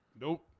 Nope